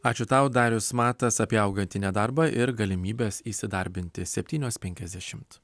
ačiū tau darius matas apie augantį nedarbą ir galimybes įsidarbinti septynios penkiasdešimt